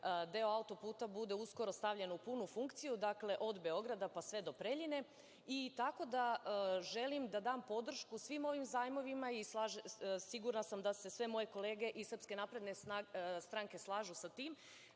deo autoputa bude uskoro stavljen u punu funkciju, dakle od Beograda pa sve do Preljine. Želim da dam podršku svim ovim zajmovima, i sigurna sam da se sve moje kolege iz SNS-a slažu sa tim.